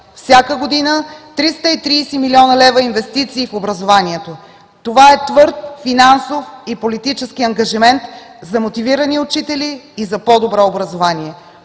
Всяка година 330 млн. лв. инвестиции в образованието – това е твърд финансов и политически ангажимент за мотивирани учители и за по-добро образование.